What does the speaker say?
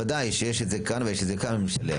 ודאי שיש את זה כאן ויש את זה כאן ומשלם.